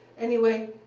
anyway,